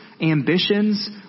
ambitions